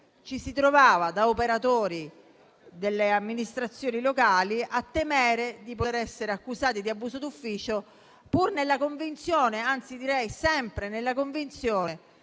ci si trovava, da operatori delle amministrazioni locali, a temere di essere accusati di abuso d'ufficio, pur nella convinzione di aver agito sempre nel giusto.